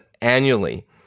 annually